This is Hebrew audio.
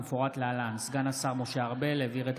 כמפורט להלן: סגן השר אבי מעוז העביר את